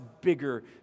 bigger